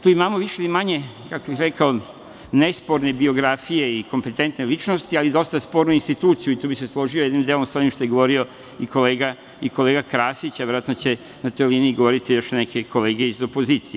Tu imamo više ili manje nesporne biografije i kompetentne ličnosti, ali dosta spornu instituciju i tu bih se složio sa jednim delom u onome što je govorio i kolega Krasić, a verovatno će na toj liniji govoriti još neke kolege iz opozicije.